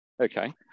Okay